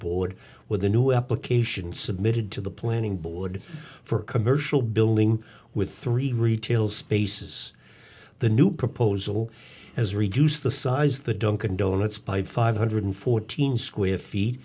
board with a new application submitted to the planning board for a commercial building with three retail spaces the new proposal has reduced the size the dunkin donuts by five hundred fourteen square feet